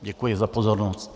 Děkuji za pozornost.